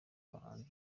bahanzi